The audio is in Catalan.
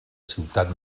ciutat